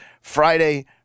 Friday